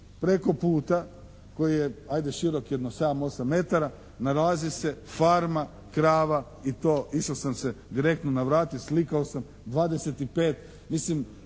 Preko puta koji je ajde širok jedno 7-8 metara nalazi se farma krava i to išao sam se direktno navratiti, slikao sam, 25. Mislim,